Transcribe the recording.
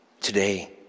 today